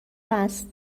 هست